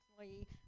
employee